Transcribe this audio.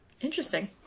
Interesting